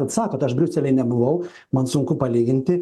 atsakot aš briusely nebuvau man sunku palyginti